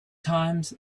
times